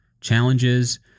challenges